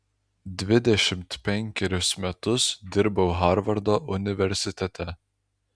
dvidešimt penkerius metus dirbau harvardo universitete